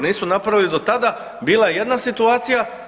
Nisu napravili do tada, bila je jedna situacija.